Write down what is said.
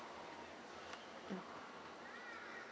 mm